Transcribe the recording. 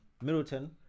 Middleton